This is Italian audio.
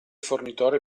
fornitore